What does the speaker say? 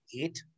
eight